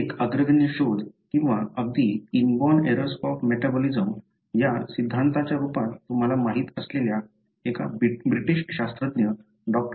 एक अग्रगण्य शोध किंवा अगदी इनबॉर्न एर्रर्स ऑफ मेटाबोलिसम या सिद्धांताच्या रूपात तुम्हाला माहीत असलेल्या एका ब्रिटिश शास्त्रज्ञ डॉ